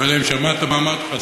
האם שמעת מה אמרתי לך, אדוני?